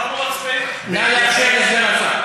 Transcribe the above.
נא לאפשר לסגן השר.